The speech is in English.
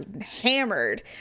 hammered